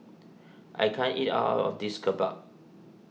I can't eat all of this Kimbap